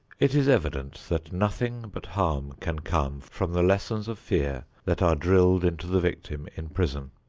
it is evident that nothing but harm can come from the lessons of fear that are drilled into the victim in prison.